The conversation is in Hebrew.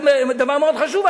זה דבר מאוד חשוב,